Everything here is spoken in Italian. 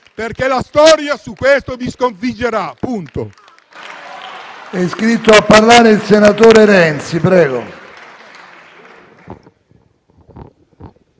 perché la storia su questo vi sconfiggerà, punto.